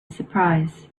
surprise